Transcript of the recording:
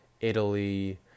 Italy